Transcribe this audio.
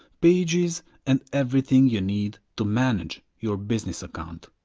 pages and everything you need to manage your business account.